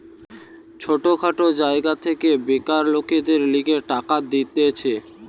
ছোট খাটো জায়গা থেকে বেকার লোকদের লিগে টাকা দিতেছে